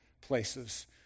places